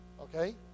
Okay